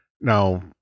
now